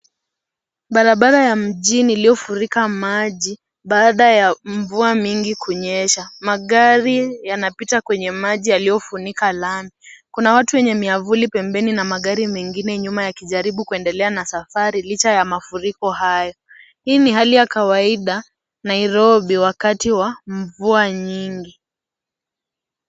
Barabara ya mjini iliyofurika maji baada ya mvua mingi kunyesha. Magari yanapita kwenye maji yaliyofunika lami. Kuna watu wenye miafuli pembeni na magari mengine nyuma yakijaribu kuendelea na safari picha ya mafuriko hayo. Hii ni hali ya kawaida Nairobi wakati wa mvua nyingi.